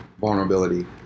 vulnerability